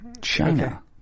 China